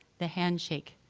the handshake,